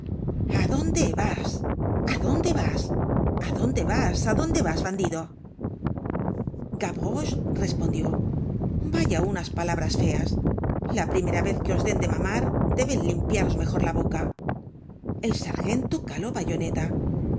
tendríais quinientos francos a dónde vas a dónde vas a dónde vas bandido gavroche respondió vaya unas palabras feas la primera vez que os den de mamar deben limpiaros mejor la boca el sargento caló bayoneta